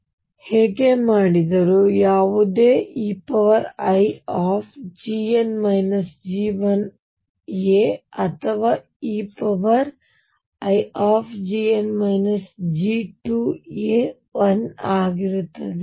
ನಾನು ಹಾಗೆ ಮಾಡಿದರೂ ಯಾವುದೇ eia ಅಥವಾ eia 1 ಆಗಿರುತ್ತದೆ